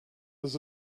this